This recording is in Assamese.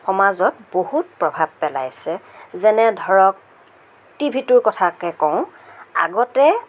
সমাজত বহুত প্ৰভাৱ পেলাইছে যেনে ধৰক টিভিটোৰ কথাকে কওঁ আগতে